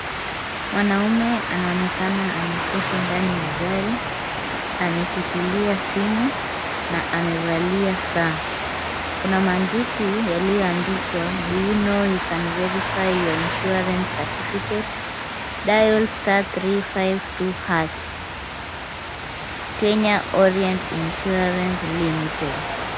Mwanaume anaonekana ameketi ndani ya gari. Ameshikilia simu na amevalia saa. Kuna maandishi yaliyoandikwa do you know you can verify your insurance certificate? dail *2352# Kenya Orient Insurance Limited .